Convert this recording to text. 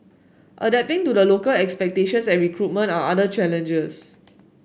adapting to the local expectation and recruitment are other challenges